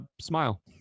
smile